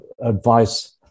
advice